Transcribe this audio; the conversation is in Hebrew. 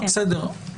בסדר.